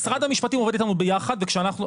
משרד המשפטים עובד איתנו ביחד וכשאנחנו,